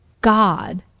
God